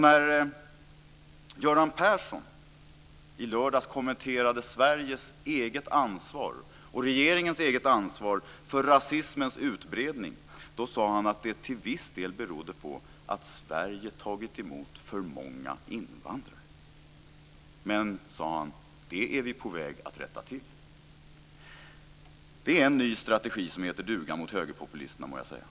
När Göran Persson i lördags kommenterade Sveriges eget ansvar och regeringens eget ansvar för rasismens utbredning sade han att det till viss del berodde på att Sverige tagit emot för många invandrare. Men det är vi, sade han, på väg att rätta till. Det är en ny strategi som heter duga mot högerpopulisterna, må jag säga.